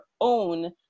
own